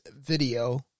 video